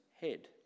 head